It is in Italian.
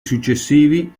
successivi